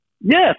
Yes